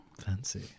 Fancy